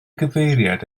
gyfeiriad